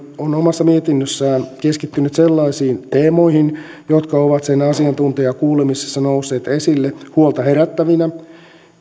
on omassa mietinnössään keskittynyt sellaisiin teemoihin jotka ovat sen asiantuntijakuulemisessa nousseet esille huolta herättävinä